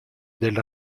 del